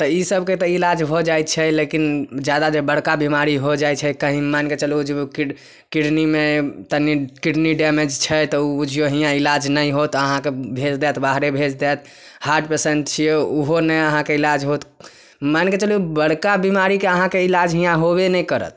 तऽ ई सभके तऽ इलाज भऽ जाइ छै लेकिन जादा जे बड़का बीमारी हो जाइ छै कहीं मानिके चलू जे किड किडनीमे तनि किडनी डैमेज छै तऽ उ बुझियौ हियाँ इलाज नहि होत अहाँके भेज देत बाहरे भेज देत हार्ट पेशेंट छियै उहो नहि अहाँके इलाज होत मानिके चलू बड़का बीमारीके अहाँके इलाज हियाँ होबे नहि करत